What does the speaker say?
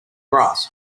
grass